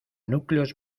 núcleos